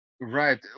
right